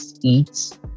eats